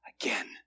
again